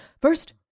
First